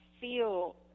feel